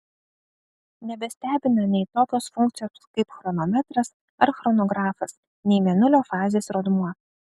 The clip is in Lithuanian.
nebestebina nei tokios funkcijos kaip chronometras ar chronografas nei mėnulio fazės rodmuo